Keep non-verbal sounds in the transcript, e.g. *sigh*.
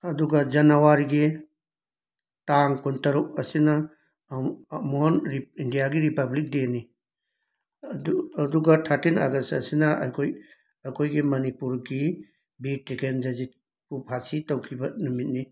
ꯑꯗꯨꯒ ꯖꯅꯋꯥꯔꯤꯒꯤ ꯇꯥꯡ ꯀꯨꯟꯇꯔꯨꯛ ꯑꯁꯤꯅ *unintelligible* ꯏꯟꯗꯤꯌꯥꯒꯤ ꯔꯤꯄꯕ꯭ꯂꯤꯛ ꯗꯦꯅꯤ ꯑꯗꯨ ꯑꯗꯨꯒ ꯊꯥꯔꯇꯤꯟ ꯑꯥꯒꯁ ꯑꯁꯤꯅ ꯑꯩꯈꯣꯏ ꯑꯩꯈꯣꯏꯒꯤ ꯃꯅꯤꯄꯨꯔꯒꯤ ꯕꯤꯔ ꯇꯤꯀꯦꯟꯗꯖꯤꯠꯄꯨ ꯐꯥꯁꯤ ꯇꯧꯈꯤꯕ ꯅꯨꯃꯤꯠꯅꯤ